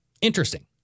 Interesting